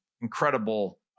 incredible